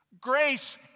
Grace